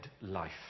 life